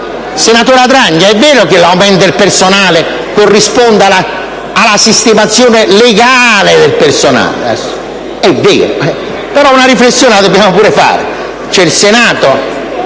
senatore Adragna, è vero che l'aumento del personale corrisponde alla sistemazione legale del personale? È vero, però una riflessione la dobbiamo fare. Il Senato